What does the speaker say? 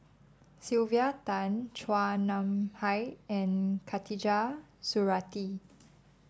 Sylvia Tan Chua Nam Hai and Khatijah Surattee